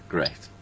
Great